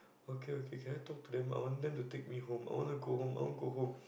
okay okay can I talk to them I want them to take me home I wanna go home I want go home